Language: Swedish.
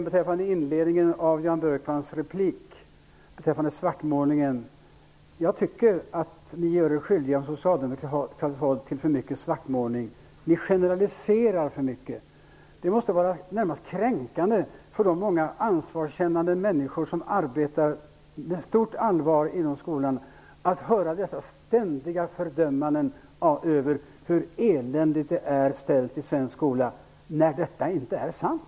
Björkmans replik sades om svartmålning vill jag säga att jag tycker att ni socialdemokrater gör er skyldiga till för mycket av svartmålning. Ni generaliserar för mycket. Det måste vara närmast kränkande för de många ansvarskännande människor som arbetar med stort allvar inom skolan att höra dessa ständiga fördömanden av hur eländigt det är ställt i den svenska skolan när detta inte är sant.